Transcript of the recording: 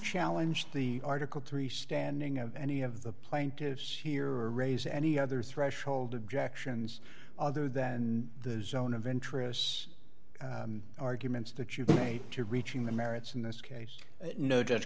challenge the article three standing of any of the plaintiffs here or raise any other threshold objections other than and the zone of interests arguments that you paid to reaching the merits in this case no